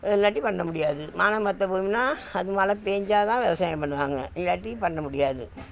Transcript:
இல்லாட்டி பண்ணமுடியாது வானம் பார்த்த பூமினால் அது மழை பேஞ்சாத்தான் விவசாயம் பண்ணுவாங்க இல்லாட்டி பண்ணமுடியாது